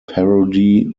parody